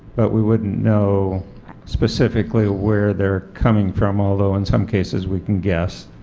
but we wouldn't know specifically where they are coming from although in some cases we can guess.